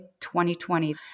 2020